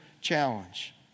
Challenge